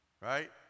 Right